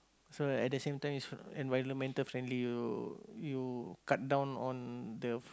so at the same time it's environmental friendly you you cut down on the